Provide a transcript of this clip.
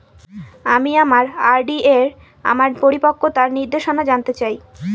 আমি আমার আর.ডি এর আমার পরিপক্কতার নির্দেশনা জানতে চাই